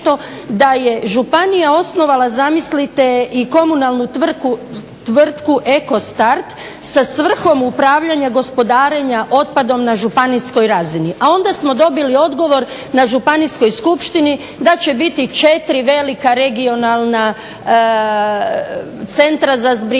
da je županija osnovala zamislite i komunalnu tvrtku EKO start sa svrhom upravljanja gospodarenja otpadom na županijskoj razini. A onda smo dobili odgovor na županijskoj skupštini da će biti četiri velika regionalna centra za zbrinjavanje